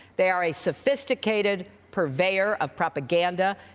they are a sophisticated purveyor of propaganda,